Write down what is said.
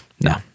no